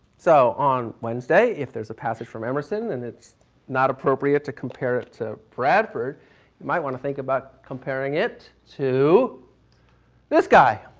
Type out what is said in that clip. so on wednesday if there's a passage from emerson and it's not appropriate to compare it to bradford, you might want to think about comparing it to this guy.